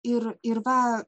ir ir va